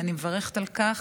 ואני מברכת על כך.